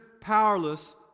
powerless